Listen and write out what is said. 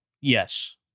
Yes